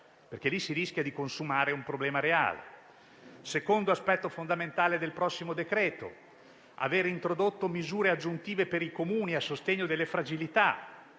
perché lì si rischia di consumare un problema reale. Secondo aspetto fondamentale del prossimo decreto: introdurre misure aggiuntive per i Comuni a sostegno delle fragilità.